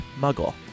Muggle